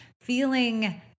Feeling